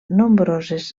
nombroses